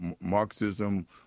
Marxism